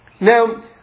Now